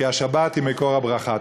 כי השבת היא מקור הברכה.